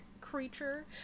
creature